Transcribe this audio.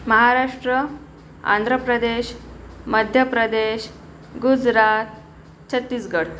Maharashtra Andhra Pradesh Madhya Pradesh Gujarat Chhattisgarh